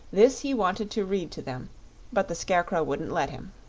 this he wanted to read to them but the scarecrow wouldn't let him.